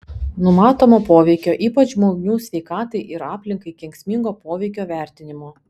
numatomo poveikio ypač žmonių sveikatai ir aplinkai kenksmingo poveikio vertinimo